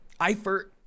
Eifert